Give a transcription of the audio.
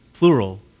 plural